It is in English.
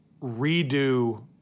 redo